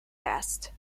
fest